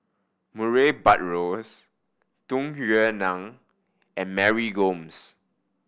Murray Buttrose Tung Yue Nang and Mary Gomes